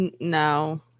No